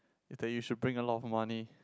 is that you should bring a lot of money